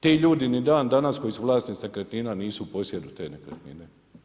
Ti ljudi ni dandanas koji su vlasnici nekretnina nisu u posjedu te nekretnine.